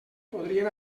podrien